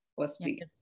firstly